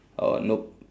uh nope